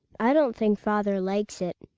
i don't think father likes it,